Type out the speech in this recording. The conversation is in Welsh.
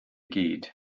gyd